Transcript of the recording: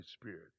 Spirit